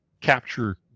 capture